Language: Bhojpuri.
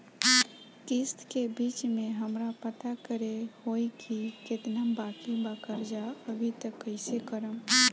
किश्त के बीच मे हमरा पता करे होई की केतना बाकी बा कर्जा अभी त कइसे करम?